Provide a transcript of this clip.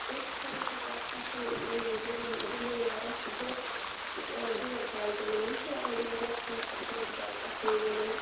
مےٚ چھِ ساروٕیو کھۄتہٕ زیادٕ پَسَنٛد گیم گِندُن لَگان سُہ گوٚو بؠٹ بال گِندُن مےٚ چھُ یہِ وارِیاہ زیادٕ لَکچار پؠٹھ بؠٹ بال پَسنٛد گِندُن